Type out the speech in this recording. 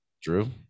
Drew